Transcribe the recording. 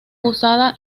usada